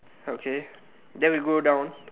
okay then we go down